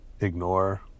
ignore